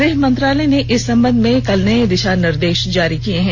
गृहमंत्रालय ने इस संबंध में कल नये दिशानिर्देश जारी किये हैं